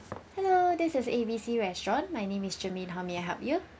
hello this is A B C restaurant my name is germaine how may I help you